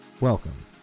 welcome